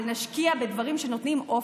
אבל נשקיע בדברים שנותנים אופק,